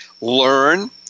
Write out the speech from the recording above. learn